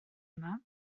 yma